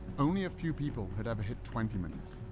only a few people had ever hit twenty minutes.